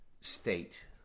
state